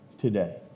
today